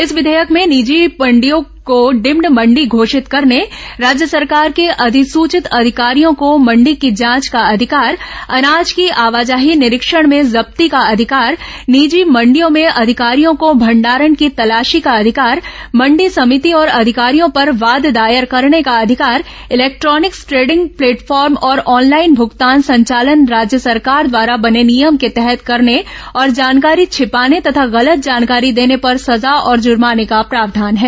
इस विधेयक में निजी मंडियों को डीम्ड मण्डी घोषित करने राज्य सरकार के अधिसूचित अधिकारियों को मण्डी की जांच का अधिकार अनाज की आवाजाही निरीक्षण में जब्ती का अधिकार निजी मण्डियों में अधिकारियों को मंडारण की तलाशी का अधिकार मण्डी समिति और अधिकारियों पर वाद दायर करने का अधिकार इलेक्ट्रॉनिक ट्रेडिंग प्लेटफॉर्म और ऑनलाइन भूगतान संचालन राज्य सरकार द्वारा बने नियम के तहत करने और जानकारी छिपाने तथा गलत जानकारी देर्ने पर सजा और जुमाने का प्रावधान है